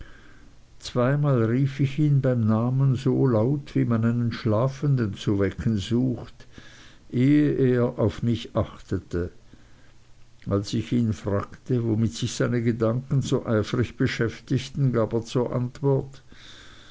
zweimal rief ich ihn beim namen so laut wie man einen schlafenden zu wecken sucht ehe er auf mich achtete als ich ihn fragte womit sich seine gedanken so eifrig beschäftigten gab er zur antwort